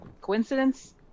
Coincidence